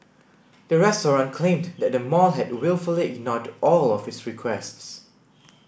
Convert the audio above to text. the restaurant claimed that the mall had wilfully ignored all of its requests